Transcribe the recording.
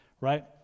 right